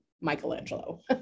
Michelangelo